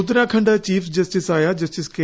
Uttarakhand chief ജസ്റ്റിസായ justice K